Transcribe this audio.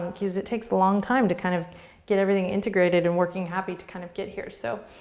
because it takes a long time to kind of get everything integrated and working happy to kind of get here, so.